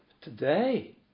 Today